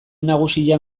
nagusian